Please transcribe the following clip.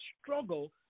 struggle